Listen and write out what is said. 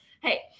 hey